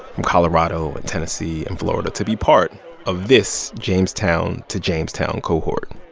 from colorado and tennessee and florida to be part of this jamestown to jamestown cohort.